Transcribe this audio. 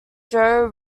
joe